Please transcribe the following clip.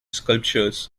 sculptures